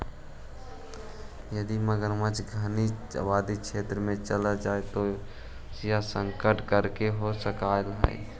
यदि मगरमच्छ घनी आबादी क्षेत्र में चला जाए तो यह संकट कारक हो सकलई हे